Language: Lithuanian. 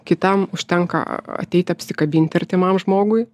kitam užtenka a ateiti apsikabinti artimam žmogui